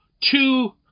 two